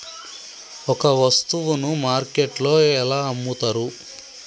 ఒక వస్తువును మార్కెట్లో ఎలా అమ్ముతరు?